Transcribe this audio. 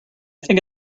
think